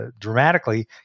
dramatically